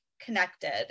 connected